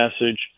message